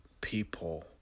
people